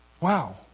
Wow